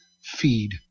feed